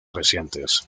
recientes